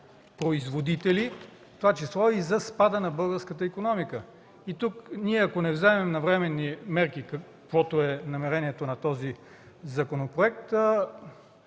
производители, в това число и за спада на българската икономика. И ако ние не вземем навременни мерки, каквото е намерението на този законопроект,